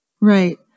Right